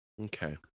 Okay